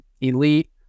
elite